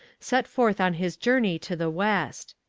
set forth on his journey to the west.